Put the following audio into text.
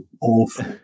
awful